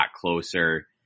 closer